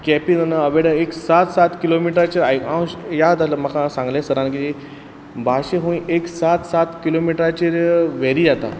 केंपे एक सात सात किलोमिटराच्या आय अंश याद आसलें म्हाका सांगलें सरान की भाश हूंय एक सात सात किलोमिटराचेर वेरी आता